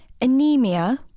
anemia